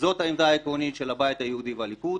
זו העמדה העקרונית של הבית היהודי והליכוד,